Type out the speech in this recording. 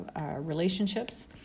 relationships